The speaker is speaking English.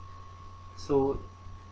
so